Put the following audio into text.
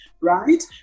right